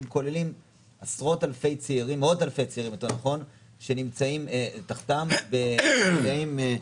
הם כוללים מאות אלפי צעירים שנמצאים תחתם בתנאים,